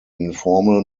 informal